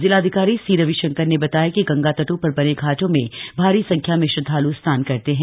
जिलाधिकारी सी रविशंकर ने बताया कि गंगा तटों पर बने घाटों में भारी संख्या में श्रद्धाल् स्नान करते हैं